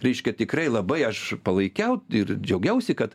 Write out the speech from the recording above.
reiškia tikrai labai aš palaikiau ir džiaugiausi kad